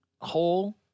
hole